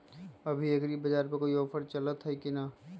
अभी एग्रीबाजार पर कोई ऑफर चलतई हई की न?